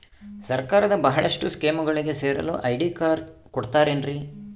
ಸರ್ಕಾರದ ಬಹಳಷ್ಟು ಸ್ಕೇಮುಗಳಿಗೆ ಸೇರಲು ಐ.ಡಿ ಕಾರ್ಡ್ ಕೊಡುತ್ತಾರೇನ್ರಿ?